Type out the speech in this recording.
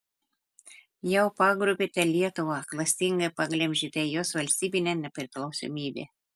jau pagrobėte lietuvą klastingai paglemžėte jos valstybinę nepriklausomybę